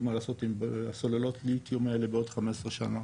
מה לעשות עם סוללות הליתיום האלה בעוד 15 שנים.